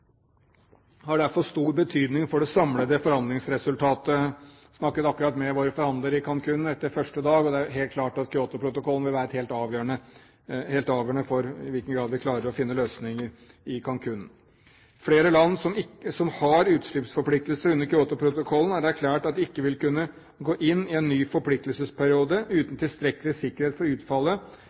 har derfor stor betydning for det samlede forhandlingsresultatet. Jeg snakket akkurat med våre forhandlere i Cancún etter første dag, og det er klart at Kyotoprotokollen vil være helt avgjørende for i hvilken grad vi klarer å finne løsninger i Cancún. Flere land som har utslippsforpliktelser under Kyotoprotokollen, har erklært at de ikke vil kunne gå inn i en ny forpliktelsesperiode uten tilstrekkelig sikkerhet for utfallet